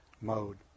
mode